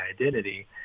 identity